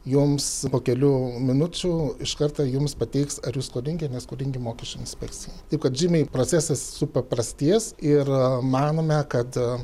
jums po kelių minučių iš karto jums pateiks ar jūs skolingi ar neskolingi mokesčių inspekcijai taip kad žymiai procesas supaprastės ir manome kad